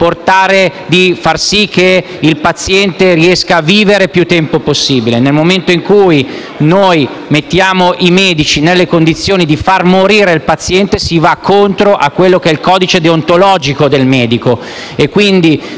di far sì che il paziente riesca a vivere più tempo possibile. Nel momento in cui mettiamo i medici nelle condizioni di far morire il paziente, si va contro il codice deontologico del medico.